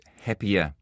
Happier